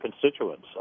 constituents